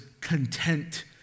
content